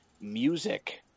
music